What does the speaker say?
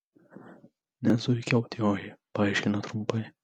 ne zuikiaut joji paaiškino trumpai